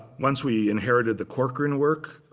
once we inherited the corcoran work,